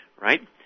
right